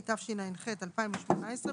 התשע"ח-2018,